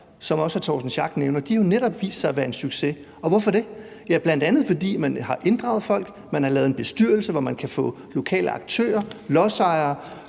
som også hr. Torsten Schack Pedersen nævner, har de netop vist sig at være en succes, og hvorfor det? Ja, det er de, bl.a. fordi man har inddraget folk, man har lavet en bestyrelse, hvor man kan få lokale aktører, lodsejere,